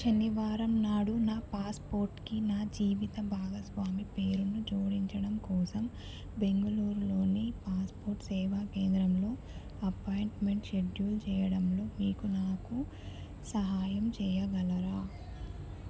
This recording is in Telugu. శనివారం నాడు నా పాస్పోర్ట్కి నా జీవిత భాగస్వామి పేరును జోడించడం కోసం బెంగళూరులోని పాస్పోర్ట్ సేవా కేంద్రంలో అపాయింట్మెంట్ షెడ్యూల్ చేయడంలో మీకు నాకు సహాయం చేయగలరా